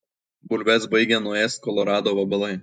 bulves baigia nuėst kolorado vabalai